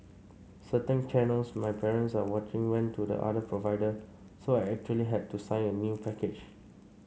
certain channels my parents are watching went to the other provider so I actually had to sign a new package